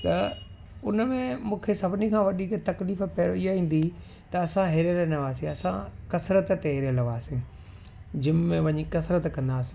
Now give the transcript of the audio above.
त उन में मूंखे सभिनी खां वधीक तकलीफ़ पहिरुं ईअं ईंदी त असां हिरियल न हुवासीं असां कसरत ते हिरियल हुवासीं जिम में वञी कसरत कंदा हुआसीं